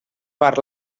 per